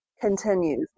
continues